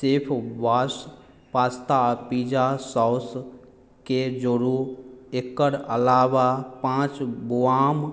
Chef Boss pasta आ pizza सॉसकेंँ जोडू एकर अलावा पाँच बुआम